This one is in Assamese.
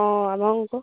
অঁ আপোনালোকৰ